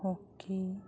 hockey